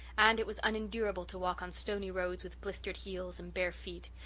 and it was unendurable to walk on stony roads with blistered heels and bare feet!